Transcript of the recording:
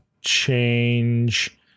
change